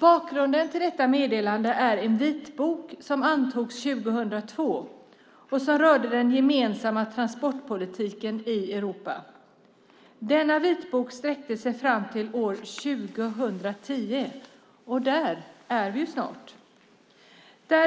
Bakgrunden till meddelandet är en vitbok som antogs 2002 och som rör den gemensamma transportpolitiken i Europa. Denna vitbok sträcker sig fram till år 2010, och där är vi ju snart.